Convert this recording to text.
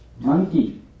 Monkey